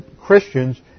Christians